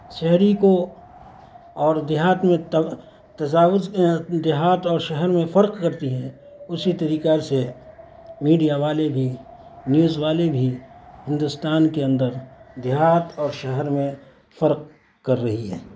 شہری کو اور دیہات میں تجاوز دیہات اور شہر میں فرق کرتی ہے اسی طریقہ سے میڈیا والے بھی نیوز والے بھی ہندوستان کے اندر دیہات اور شہر میں فرق کر رہی ہے